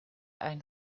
ein